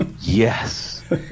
yes